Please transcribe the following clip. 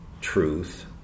truth